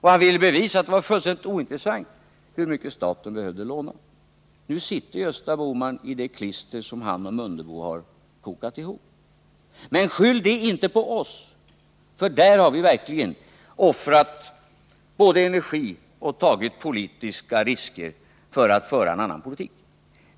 Han ville bevisa att det var fullständigt ointressant hur mycket staten behövde låna. Nu sitter Gösta Bohman i det klister som han och Ingemar Mundebo har kokat att minska utlandsupplåningen ihop. Men skyll inte på oss, för där har vi verkligen offrat både energi och tagit politiska risker för att föra en annan politik.